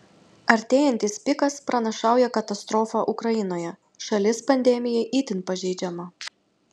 artėjantis pikas pranašauja katastrofą ukrainoje šalis pandemijai itin pažeidžiama